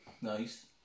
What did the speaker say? Nice